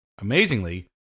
Amazingly